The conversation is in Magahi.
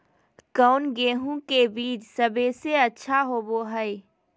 कौन गेंहू के बीज सबेसे अच्छा होबो हाय?